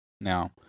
now